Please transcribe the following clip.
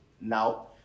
now